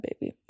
baby